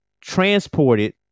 transported